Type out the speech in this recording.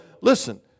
listen